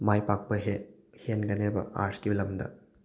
ꯃꯥꯏ ꯄꯥꯛꯄ ꯍꯦꯟꯒꯅꯦꯕ ꯑꯥꯔꯁꯀꯤ ꯂꯝꯗ